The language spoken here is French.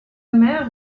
mère